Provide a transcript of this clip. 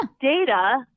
Data